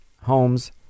homes